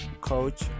coach